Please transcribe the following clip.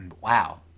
wow